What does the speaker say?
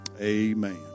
amen